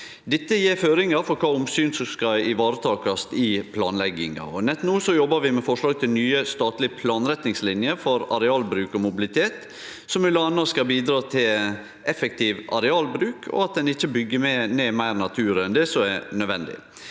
Dette gjev føringar for kva omsyn som skal varetakast i planlegginga. Nett no jobbar vi med forslag til nye statlege planretningslinjer for arealbruk og mobilitet som m.a. skal bidra til effektiv arealbruk og at ein ikkje byggjer ned meir natur enn det som er nødvendig.